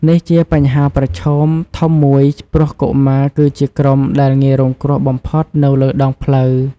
នេះជាបញ្ហាប្រឈមធំមួយ ព្រោះកុមារ គឺជាក្រុមដែលងាយរងគ្រោះបំផុតនៅលើដងផ្លូវ។